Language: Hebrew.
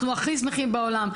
אנחנו הכי שמחים בעולם.